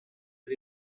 per